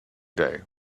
day